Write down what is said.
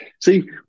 see